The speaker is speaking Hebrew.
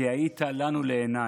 כי "היית לנו לעינים".